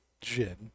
gin